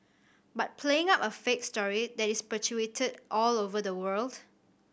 but playing up a fake story that is perpetuated all over the world